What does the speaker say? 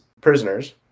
prisoners